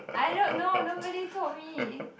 I don't know nobody told me